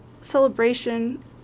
celebration